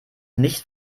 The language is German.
nicht